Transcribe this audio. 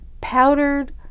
powdered